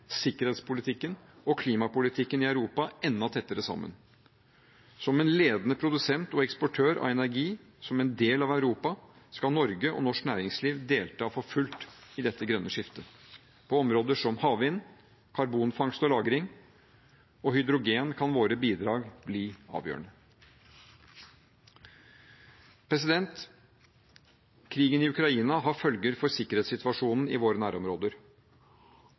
sikkerhetspolitikken og klimapolitikken i Europa enda tettere sammen. Som en ledende produsent og eksportør av energi, som en del av Europa, skal Norge og norsk næringsliv delta for fullt i dette grønne skiftet. På områder som havvind, karbonfangst- og lagring og hydrogen kan våre bidrag bli avgjørende. Krigen i Ukraina har følger for sikkerhetssituasjonen i våre nærområder.